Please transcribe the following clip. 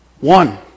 One